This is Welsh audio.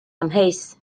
amheus